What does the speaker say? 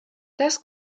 das